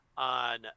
on